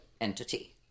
entity